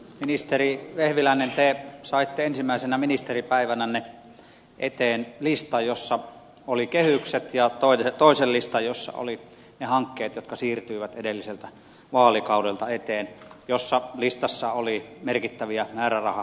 ministeri vehviläinen te saitte ensimmäisenä ministeripäivänänne eteen listan jossa olivat kehykset ja toisen listan jossa olivat ne hankkeet jotka siirtyivät edelliseltä vaalikaudelta eteen jossa listassa oli merkittäviä määrärahavajauksia